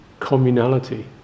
communality